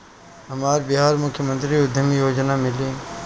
हमरा बिहार मुख्यमंत्री उद्यमी योजना मिली?